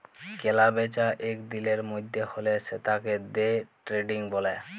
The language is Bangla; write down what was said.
কেলা বেচা এক দিলের মধ্যে হ্যলে সেতাকে দে ট্রেডিং ব্যলে